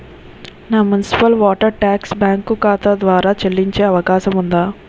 నా municipal water tax bank ఖాతా ద్వారా చెల్లించే అవకాశం ఉందా?